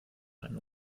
eine